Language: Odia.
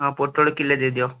ହଁ ପୋଟଳ କିଲେ ଦେଇଦିଅ